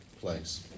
place